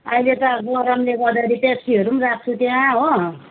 अहिले त गरमले गर्दाखेरि पेप्सीहरू राख्छु त्यहाँ हो